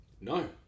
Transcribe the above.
No